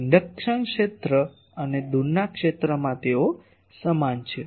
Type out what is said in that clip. induction ક્ષેત્ર અને દૂરના ક્ષેત્રમાં તેઓ સમાન છે